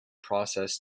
process